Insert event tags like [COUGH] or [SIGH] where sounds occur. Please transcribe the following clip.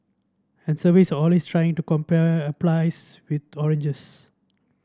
and surveys always trying to compare [UNINTELLIGIBLE] with oranges